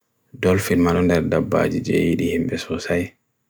dol firmarunder dabbajjed hinde swasae